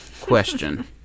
question